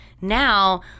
now